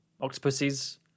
octopuses